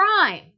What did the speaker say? crime